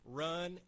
run